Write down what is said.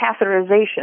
catheterization